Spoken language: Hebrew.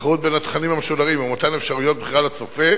התחרות בין התכנים המשודרים ומתן אפשרויות בחירה לצופה